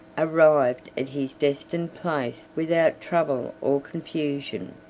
arrived at his destined place without trouble or confusion.